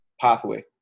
pathway